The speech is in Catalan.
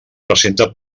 presenta